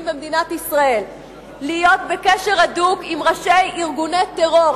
במדינת ישראל להיות בקשר הדוק עם ראשי ארגוני טרור,